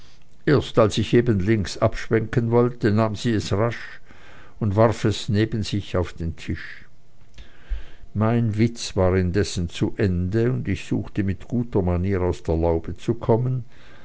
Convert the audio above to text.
erst als ich eben links abschwenken wollte nahm sie es rasch und warf es neben sich auf den tisch mein witz war indessen zu ende und ich suchte mit guter manier aus der laube zu kommen